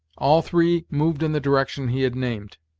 all three moved in the direction he had named.